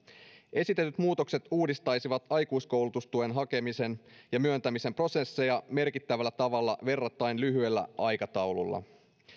esitetyt muutokset uudistaisivat aikuiskoulutustuen hakemisen ja myöntämisen prosesseja merkittävällä tavalla verrattain lyhyellä aikataululla